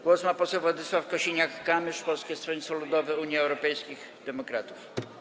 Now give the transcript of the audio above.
Głos ma poseł Władysław Kosiniak-Kamysz, Polskie Stronnictwo Ludowe - Unia Europejskich Demokratów.